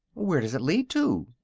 where does it lead to?